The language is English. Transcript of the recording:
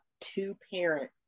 two-parent